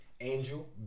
Angel